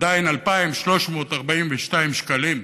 עדיין 2,342 שקלים,